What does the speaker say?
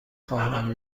خواهم